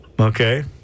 Okay